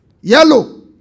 yellow